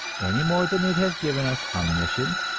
any more than it has given us omniscience,